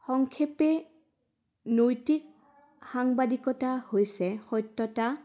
সংক্ষেপে নৈতিক সাংবাদিকতা হৈছে সত্যতা